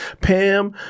Pam